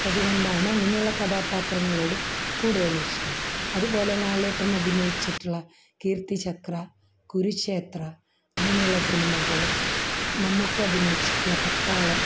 അപ്പം അതുകൊണ്ടാണ് അങ്ങനെയുള്ള കഥാപാത്രങ്ങളോട് കൂടുതൽ ഇഷ്ടം അതുപോലെ ലാലേട്ടൻ അഭിനയിച്ചിട്ടുള്ള കീർത്തിചക്ര കുരുക്ഷേത്ര അങ്ങനെയുള്ള സിനിമകളും മമ്മൂക്ക അഭിനയിച്ചിട്ടുള്ള പട്ടാളം